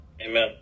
Amen